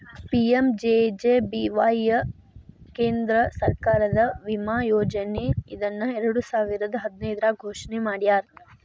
PMJJBY ಕೇಂದ್ರ ಸರ್ಕಾರದ ವಿಮಾ ಯೋಜನೆ ಇದನ್ನ ಎರಡುಸಾವಿರದ್ ಹದಿನೈದ್ರಾಗ್ ಘೋಷಣೆ ಮಾಡ್ಯಾರ